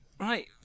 Right